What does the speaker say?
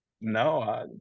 no